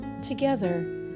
together